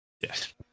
Yes